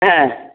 হ্যাঁ